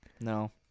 No